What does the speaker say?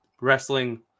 wrestling